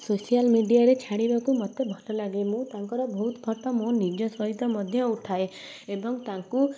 social ମିଡ଼ିଆରେ ଛାଡ଼ିବାକୁ ମୋତେ ଭଲଲାଗେ ମୁଁ ତାଙ୍କର ବହୁତ ଫଟୋ ମୁଁ ନିଜ ସହିତ ମଧ୍ୟ ଉଠାଏ ଏବଂ ତାଙ୍କୁ